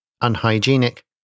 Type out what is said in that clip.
unhygienic